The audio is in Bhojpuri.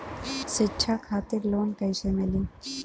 शिक्षा खातिर लोन कैसे मिली?